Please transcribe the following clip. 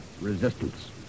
resistance